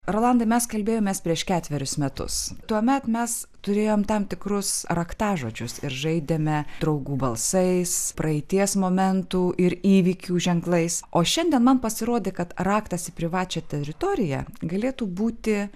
rolandai mes kalbėjomės prieš ketverius metus tuomet mes turėjom tam tikrus raktažodžius ir žaidėme draugų balsais praeities momentų ir įvykių ženklais o šiandien man pasirodė kad raktas į privačią teritoriją galėtų būti